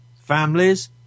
families